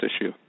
issue